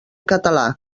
català